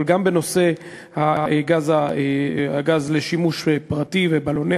אבל גם בנושא הגז לשימוש פרטי ובלוני